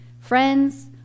friends